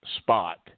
spot